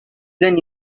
than